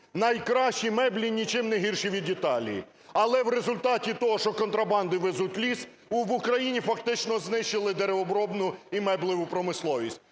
найкращі меблі, нічим не гірші від Італії. Але у результаті того, що контрабандою везуть ліс, в Україні фактично знищили деревообробну і меблеву промисловість.